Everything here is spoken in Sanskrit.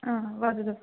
हा वदतु